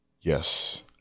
Yes